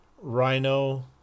rhino